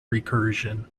recursion